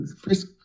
first